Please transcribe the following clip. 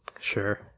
Sure